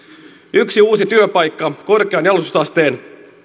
yksi uusi työpaikka korkean jalostusasteen